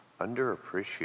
Underappreciated